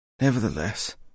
Nevertheless